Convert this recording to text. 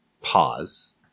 pause